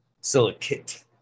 silicate